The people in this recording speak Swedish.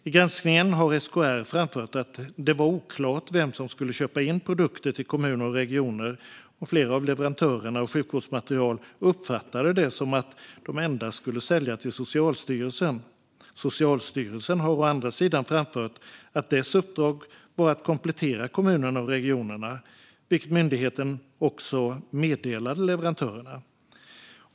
I granskningen har SKR framfört att det var oklart vem som skulle köpa in produkter till kommuner och regioner, och flera av leverantörerna av sjukvårdsmateriel uppfattade det som att de endast skulle sälja till Socialstyrelsen. Socialstyrelsen har å andra sidan framfört att dess uppdrag var att komplettera kommunerna och regionerna, vilket myndigheten också meddelade leverantörerna.